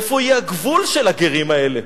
איפה יהיה הגבול של הגרים האלה?